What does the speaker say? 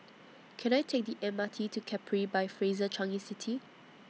Can I Take The M R T to Capri By Fraser Changi City